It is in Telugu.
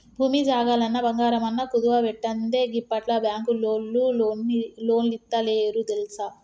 భూమి జాగలన్నా, బంగారమన్నా కుదువబెట్టందే గిప్పట్ల బాంకులోల్లు లోన్లిత్తలేరు తెల్సా